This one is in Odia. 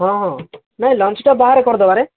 ହଁ ହଁ ନାଇଁ ଲଞ୍ଚ୍ଟା ବାହାରେ କରିଦେବାରେ